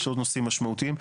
יש עוד נושאים משמעותיים.